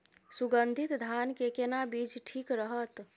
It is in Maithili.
सुगन्धित धान के केना बीज ठीक रहत?